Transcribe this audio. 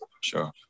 Sure